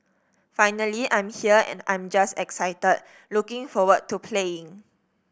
finally I'm here and I'm just excited looking forward to playing